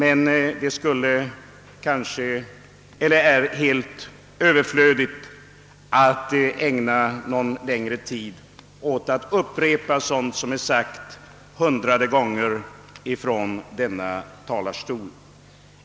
Emellertid är det helt onödigt att ägna någon längre tid åt att upprepa sådant som är sagt hundrade gånger från denna talarstol.